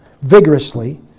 vigorously